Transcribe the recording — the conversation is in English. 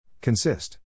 Consist